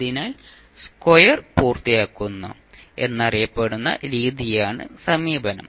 അതിനാൽ സ്ക്വയർ പൂർത്തിയാക്കുന്നു എന്നറിയപ്പെടുന്ന രീതിയാണ് സമീപനം